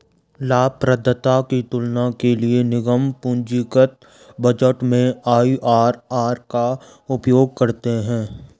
लाभप्रदाता की तुलना के लिए निगम पूंजीगत बजट में आई.आर.आर का उपयोग करते हैं